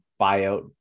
buyout